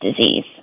disease